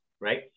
right